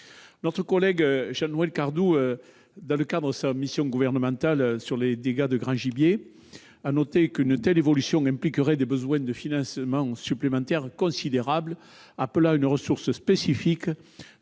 relevé Jean-Noël Cardoux dans le cadre de sa mission sur les dégâts de grand gibier, une telle évolution impliquerait des besoins de financement supplémentaires considérables, appelant une ressource spécifique